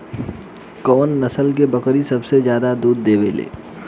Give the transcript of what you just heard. कउन नस्ल के बकरी सबसे ज्यादा दूध देवे लें?